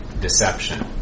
deception